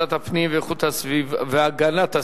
לוועדת הפנים והגנת הסביבה.